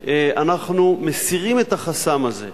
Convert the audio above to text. אנחנו מסירים את החסם הזה.